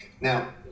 Now